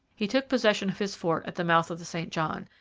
he took possession of his fort at the mouth of the st john,